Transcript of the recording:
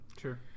Sure